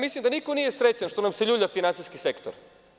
Mislim da niko nije srećan što nam se ljulja finansijski sektor.